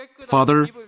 Father